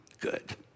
good